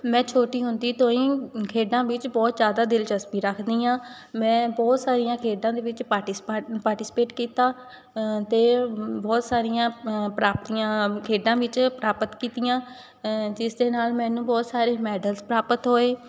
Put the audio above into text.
ਮੈਂ ਛੋਟੀ ਹੁੰਦੀ ਤੋਂ ਹੀ ਖੇਡਾਂ ਵਿੱਚ ਬਹੁਤ ਜ਼ਿਆਦਾ ਦਿਲਚਸਪੀ ਰੱਖਦੀ ਹਾਂ ਮੈਂ ਬਹੁਤ ਸਾਰੀਆਂ ਖੇਡਾਂ ਦੇ ਵਿੱਚ ਪਾਰਟੀਸਪਾਟ ਪਾਰਟੀਸਪੇਟ ਕੀਤਾ ਅਤੇ ਬਹੁਤ ਸਾਰੀਆਂ ਪ੍ਰਾਪਤੀਆਂ ਖੇਡਾਂ ਵਿੱਚ ਪ੍ਰਾਪਤ ਕੀਤੀਆਂ ਜਿਸ ਦੇ ਨਾਲ ਮੈਨੂੰ ਬਹੁਤ ਸਾਰੇ ਮੈਡਲਸ ਪ੍ਰਾਪਤ ਹੋਏ